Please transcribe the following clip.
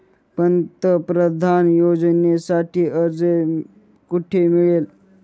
पंतप्रधान योजनेसाठी अर्ज कुठे मिळेल?